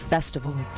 Festival